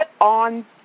on